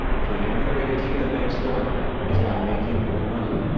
for the only way to keep the banks going is by making more money.